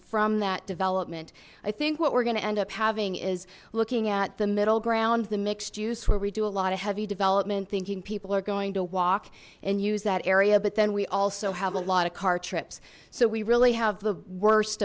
from that development i think what we're gonna end up having is looking at the middle ground the mixed juice where we do a lot of heavy development thinking people are going to walk and use that area but then we also have a lot of car trips so we really have the worst